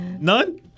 None